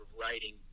writing